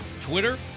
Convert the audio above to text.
Twitter